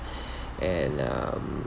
and um